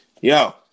yo